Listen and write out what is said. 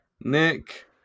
Nick